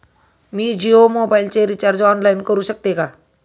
मी जियो मोबाइलचे recharge online करू शकते का?